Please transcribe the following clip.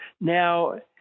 Now